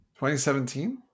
2017